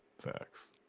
Facts